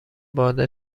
باد